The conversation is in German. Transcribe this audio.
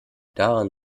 daran